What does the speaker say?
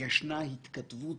ישנה התכתבות